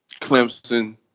Clemson